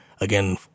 again